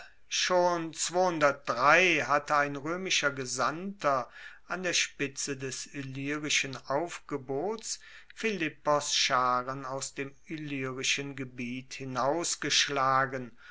schon hatte ein roemischer gesandter an der spitze des illyrischen aufgebots philippos scharen aus dem illyrischen gebiet